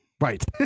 Right